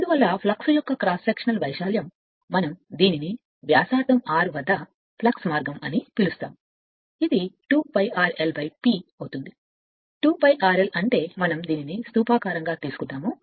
అందువల్ల ఫ్లక్స్ యొక్క cross sectional వైశాల్యం మనం దీనిని వ్యాసార్థం r వద్ద ఫ్లక్స్ మార్గం అని పిలుస్తాము ఇది 2 π r lP అవుతుంది 2 π rl అంటే మనం దీనిని స్థూపాకారం గా తీసుకున్నాము